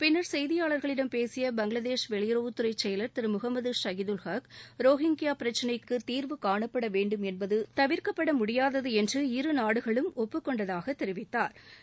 பின்னர் செய்தியாளர்களிடம் பேசிய பங்களாதேஷ் வெளியுறவுத்துறை செயலர் திரு முகமது ஷகிதுல் ஹக் ரோஹிங்கியா பிரச்சினைக்கு தீர்வு காணப்பட வேண்டும் என்பது தவிர்க்கப்பட முடியாதது என்று இரு நாடுகளும் ஒப்புக்கொண்டதாக தெரிவித்தாா்